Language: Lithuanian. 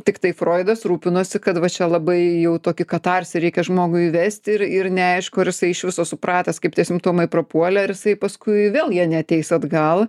tiktai froidas rūpinosi kad va čia labai jau tokį katarsį reikia žmogui vesti ir ir neaišku ar jisai iš viso supratęs kaip tie simptomai prapuolė ar jisai paskui vėl jie neateis atgal